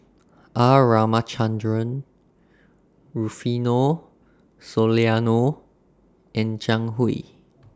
R Ramachandran Rufino Soliano and Zhang Hui